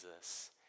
Jesus